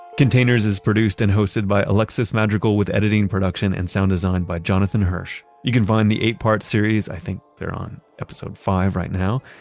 containers is produced and hosted by alexis madrigal, with editing, production, and sound design by jonathan hirsch you can find the eight-part series, i think they're on episode five right now,